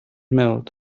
mild